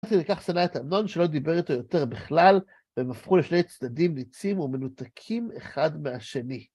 עד כדי כך שנא את אמנון, שלא דיבר איתו יותר בכלל, והם הפכו לשני צדדים ניצים ומנותקים אחד מהשני.